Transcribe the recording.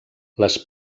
les